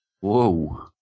Whoa